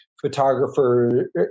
photographer